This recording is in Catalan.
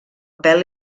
pèl